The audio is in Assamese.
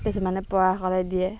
কিছুমানে পৰাসকলে দিয়ে